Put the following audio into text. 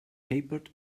capered